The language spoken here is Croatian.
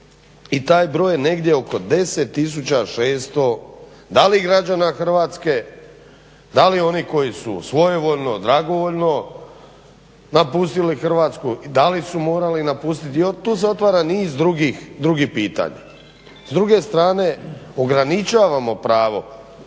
i taj broj je negdje oko 10600 da li građana Hrvatske, dali onih koji su svojevoljno, dragovoljno napustili Hrvatsku, da li su morali napustiti i tu se otvara niz drugih pitanja. S druge strane ograničavamo pravo izlaska